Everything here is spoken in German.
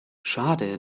schade